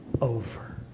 over